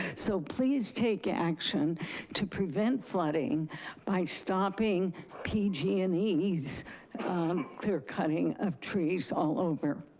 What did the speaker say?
so please take action to prevent flooding by stopping pg and e's clear-cutting of trees all over,